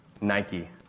Nike